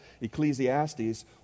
Ecclesiastes